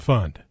Fund